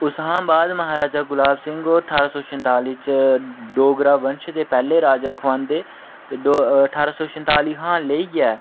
उस्सां हा बाद म्हाराजा गुलाब सिंह होर ठारां सौ संताली च डोगरा वंश दे पैह्ले राजा खोआंदे ते ठारां सौ संताली शा लेइयै